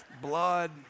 blood